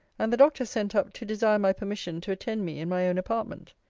and the doctor sent up to desire my permission to attend me in my own apartment.